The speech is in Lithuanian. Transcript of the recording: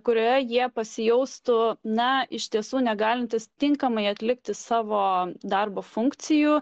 kurioje jie pasijaustų na iš tiesų negalintys tinkamai atlikti savo darbo funkcijų